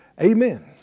Amen